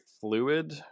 fluid